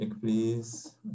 please